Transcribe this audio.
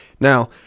Now